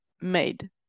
made